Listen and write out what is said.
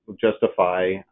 justify